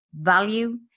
value